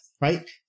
right